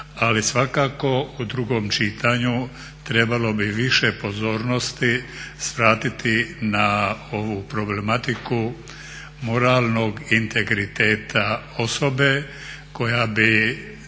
al i svakako u drugom čitanju trebalo bi više pozornosti svratiti na ovu problematiku moralnog integriteta osobe koja bi